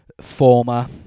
former